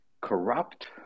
corrupt